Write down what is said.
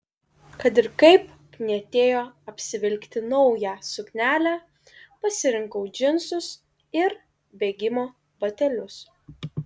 kad ir kaip knietėjo apsivilkti naują suknelę pasirinkau džinsus ir bėgimo batelius